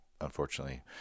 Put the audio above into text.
unfortunately